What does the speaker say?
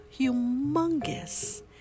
humongous